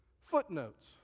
footnotes